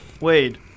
Wade